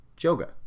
yoga